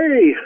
hey